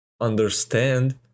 understand